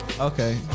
Okay